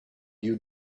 you